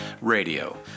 Radio